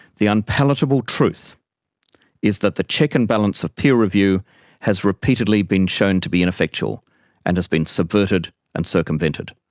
the unpalatable truth is that the check and balance of peer review has repeatedly been shown to be ineffectual and has been subverted and circumvented.